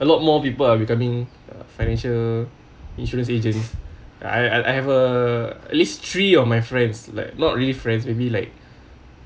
a lot more people are becoming financial insurance agent I I I have a at least three of my friends like not really friends maybe like